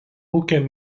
ūkio